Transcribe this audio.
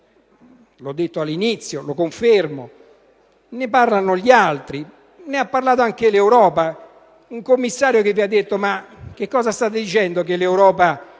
l'ho detto all'inizio e lo confermo, ne parlano gli altri; ne ha parlato anche l'Europa. Un commissario vi ha detto: «Ma che state dicendo che l'Europa